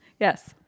Yes